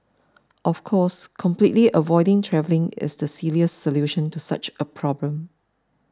of course completely avoiding travelling is the silliest solution to such a problem